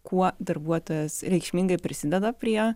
kuo darbuotojas reikšmingai prisideda prie